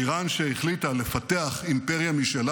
איראן, שהחליטה לפתח אימפריה משלה